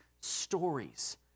stories